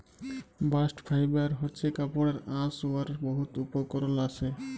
bast fibre হছে কাপড়ের আঁশ উয়ার বহুত উপকরল আসে